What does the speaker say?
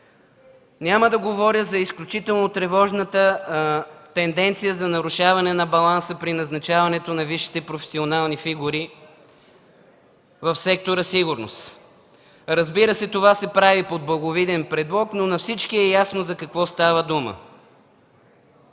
Няма да говоря за изключително тревожната тенденция за нарушаване на баланса при назначаването на висшите професионални фигури в сектора „Сигурност”. Разбира се, това се прави под благовиден предлог, но на всички е ясно за какво става дума.